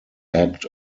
act